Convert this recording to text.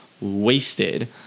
wasted